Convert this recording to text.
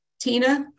Tina